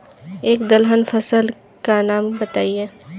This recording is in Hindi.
एक दलहन फसल का नाम बताइये